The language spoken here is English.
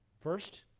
First